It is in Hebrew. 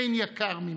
אין יקר ממנו.